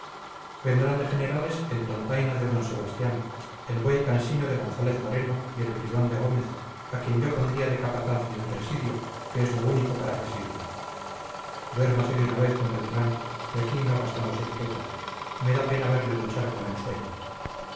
vendrán de generales el tontaina de don sebastián el buey cansino de gonzález moreno y el bribón de gómez a quien yo pondría de capataz de un presidio que es lo único para que sirve duérmase de una vez d beltrán que aquí no gastamos etiquetas me da pena verle luchar con el sueño